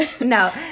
No